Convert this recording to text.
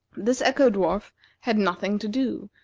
this echo-dwarf had nothing to do,